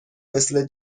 مثل